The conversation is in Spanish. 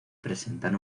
presentan